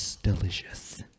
Delicious